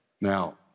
Now